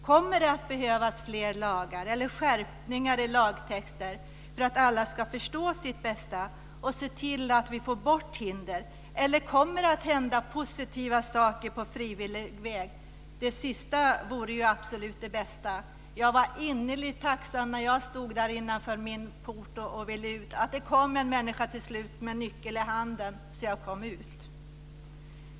Kommer det att behövas fler lagar eller skärpningar i lagtexter för att alla ska förstå sitt bästa och se till att vi får bort hinder, eller kommer det att hända positiva saker på frivillig väg? Det sista vore ju absolut det bästa. Jag var innerligt tacksam när jag stod innanför porten och ville ut att det till slut kom en människa med en nyckel i handen så att jag kom ut.